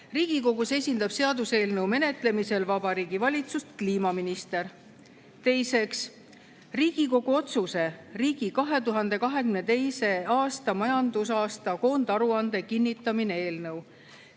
Riigikogus esindab seaduseelnõu menetlemisel Vabariigi Valitsust kliimaminister. Teiseks, Riigikogu otsuse "Riigi 2022. aasta majandusaasta koondaruande kinnitamine" eelnõu.